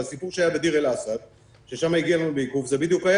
הסיפור שהיה בדיר אל-אסד זה בדיוק היה